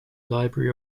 library